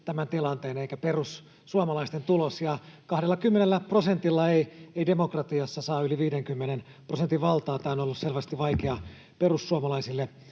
tämän tilanteen, eikä perussuomalaisten tulos. Ja 20 prosentilla ei demokratiassa saa yli 50 prosentin valtaa — tämä on ollut selvästi vaikeaa perussuomalaisille